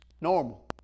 Normal